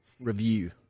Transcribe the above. review